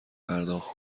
پرداخت